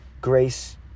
grace